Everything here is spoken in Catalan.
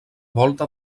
volta